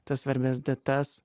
tas svarbias datas